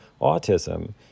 autism